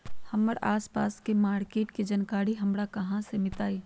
हमर आसपास के मार्किट के जानकारी हमरा कहाँ से मिताई?